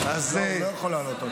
אתה לא הבנת?